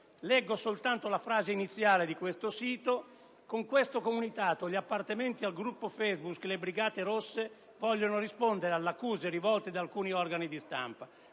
Leggo soltanto la frase iniziale: «Con questo comunicato gli appartenenti al gruppo Facebook "Le Brigate Rosse" vogliono rispondere alle accuse rivolte da alcuni organi di stampa...».